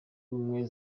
ubumwe